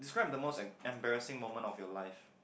describe the most em~ embarrassing moment of your life